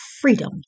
freedom